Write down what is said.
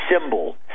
symbol